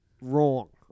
wrong